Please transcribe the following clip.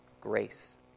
grace